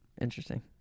Interesting